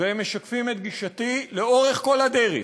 והם משקפים את גישתי לאורך כל הדרך,